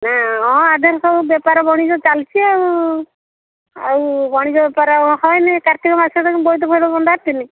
ନା ହଁ ଆ ଦେହେରେ ସବୁ ବେପାର ବାଣିଜ୍ୟ ଚାଲିଛି ଆଉ ଆଉ ବାଣିଜ୍ୟ ବେପାର ହୁଏନି କାର୍ତ୍ତିକ ମାସରେ ବୋଇତ ଫୋଇତ ବନ୍ଦାନ୍ତି ନି